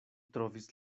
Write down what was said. trovis